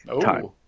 time